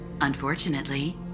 Unfortunately